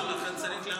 נכון, לכן צריך להבין.